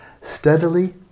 steadily